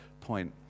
point